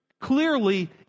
Clearly